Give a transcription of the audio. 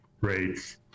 rates